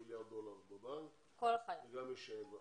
מיליארד דולרים בבנק וגם מי שאין לו.